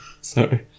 Sorry